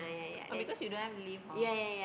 oh because you don't have leave hor